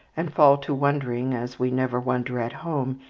and fall to wondering, as we never wonder at home,